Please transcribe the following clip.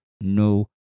no